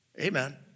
Amen